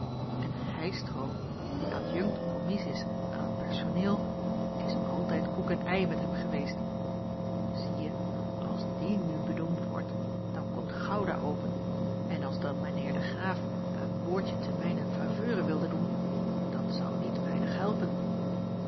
en heystroo die adjunkt kommies is aan t personeel is altijd koek en ei met hem geweest zieje als die nu benoemd wordt dan komt gouda open en als dan mijn heer de graaf een woordje te mijnen faveure wilde doen dat zou niet weinig helpen